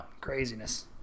Craziness